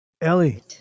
Ellie